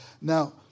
Now